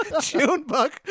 Junebug